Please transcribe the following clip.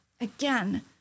Again